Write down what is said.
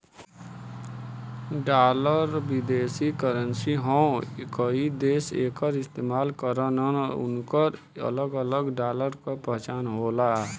dollar विदेशी currency हौ कई देश एकर इस्तेमाल करलन उनकर अलग अलग डॉलर क पहचान होला